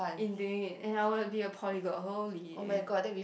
in doing it and I will be a polyglot holy yeah